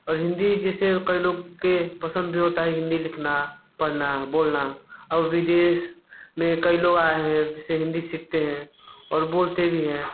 और हिंदी जैसे कई लोग के पसंद भी होता है हिंदी लिखना पढ़ना बोलना और विदेश में कई लोग आए हैं जिससे हिंदी सीखते हैं और बोलते भी हैं